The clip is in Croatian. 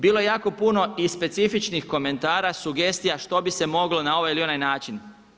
Bilo je jako puno i specifičnih komentara, sugestija što bi se moglo na ovaj ili onaj način.